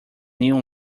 neon